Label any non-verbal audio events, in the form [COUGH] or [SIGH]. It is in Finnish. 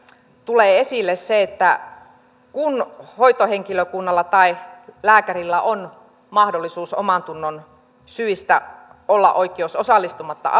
tulee esille se että kun hoitohenkilökunnalla tai lääkärillä on mahdollisuus oikeus omantunnonsyistä olla osallistumatta [UNINTELLIGIBLE]